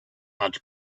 much